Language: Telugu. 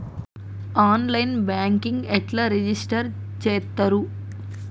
ఆన్ లైన్ బ్యాంకింగ్ ఎట్లా రిజిష్టర్ చేత్తరు?